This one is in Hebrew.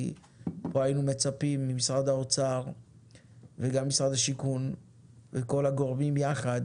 כי היינו מצפים ממשרד האוצר וגם ממשרד השיכון וכל הגורמים יחד